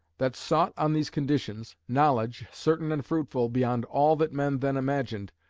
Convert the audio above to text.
that sought on these conditions, knowledge, certain and fruitful, beyond all that men then imagined,